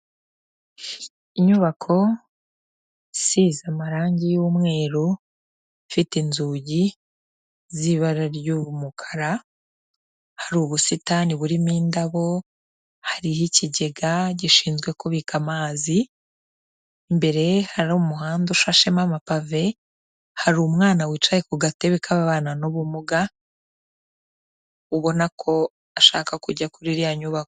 Inyubako isize amarangi y'umweru, ifite inzugi z'ibara ry'umukara, hari ubusitani burimo indabo, hariho ikigega gishinzwe kubika amazi, imbere hari umuhanda ushashemo amapave, hari umwana wicaye ku gatebe k'ababana n'ubumuga, ubona ko ashaka kujya kuri iriya nyubako.